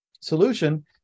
solution